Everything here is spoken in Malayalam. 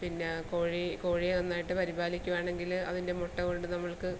പിന്നെ കോഴി കോഴിയെ നന്നായിട്ട് പരിപാലിക്കുകയാണെങ്കിൽ അതിൻ്റെ മുട്ട കൊണ്ട് നമ്മൾക്ക്